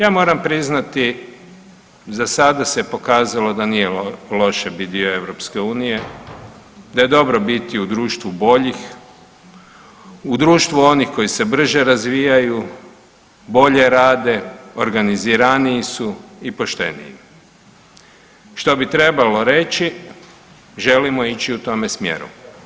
Ja moram priznati, za sada se pokazalo da nije loše biti dio Europske unije, da je dobro biti u društvu boljih, u društvu onih koji se brže razvijaju, bolje rade, organiziraniji su i pošteniji što bi trebalo reći želimo ići u tome smjeru.